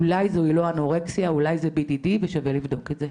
אולי זו לא אנורקסיה אלא BDD ושווה לבדוק את זה.